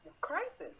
crisis